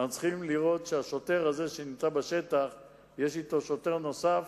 אנחנו צריכים לראות שהשוטר הזה שנמצא בשטח יש אתו שוטר נוסף,